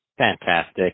fantastic